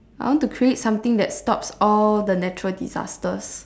I want to create something that stops all the natural disasters